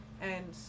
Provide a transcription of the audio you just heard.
and-